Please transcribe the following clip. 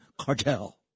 cartel